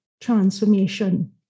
transformation